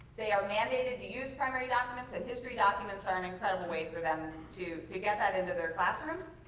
they are mandated to use primary documents and history documents are an incredible way for them to get that into their classrooms.